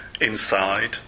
inside